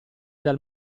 dal